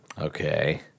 Okay